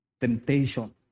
temptation